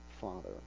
father